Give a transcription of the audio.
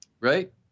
right